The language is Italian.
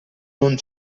non